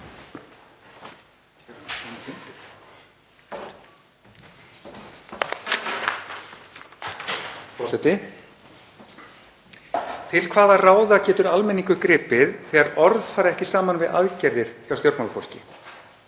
Til hvaða ráða getur almenningur gripið þegar orð fara ekki saman vi ð aðgerðir hjá stjórnmálafólki?